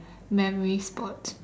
memory sports